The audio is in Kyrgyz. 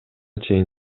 чейин